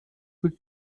wird